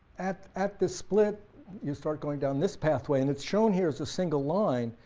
at at the split you start going down this pathway and it's shown here as a single line,